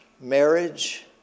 Marriage